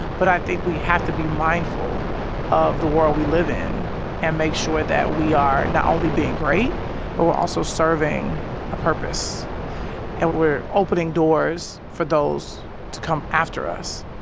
but i think we have to be mindful of the world we live in and make sure that we are not only being great but we're also serving a purpose and we're opening doors for those to come after us.